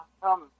come